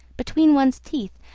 between one's teeth,